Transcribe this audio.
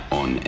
on